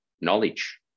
knowledge